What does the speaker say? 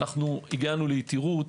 הגענו ליתירות.